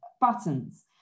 buttons